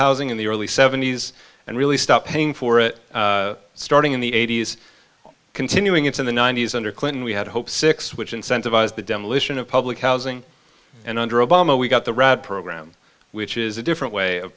housing in the early seventies and really stopped paying for it starting in the eighty's continuing its in the ninety's under clinton we had hope six which incentivize the demolition of public housing and under obama we got the red program which is a different way of